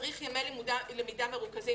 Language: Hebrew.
צריך ימי למידה מרוכזים.